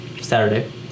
Saturday